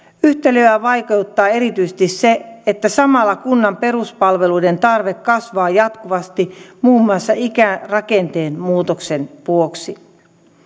yhtälöä vaikeuttaa erityisesti se että samalla kunnan peruspalveluiden tarve kasvaa jatkuvasti muun muassa ikärakenteen muutoksen vuoksi